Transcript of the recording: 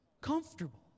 comfortable